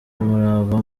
umurava